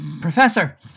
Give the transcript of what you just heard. Professor